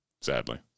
Sadly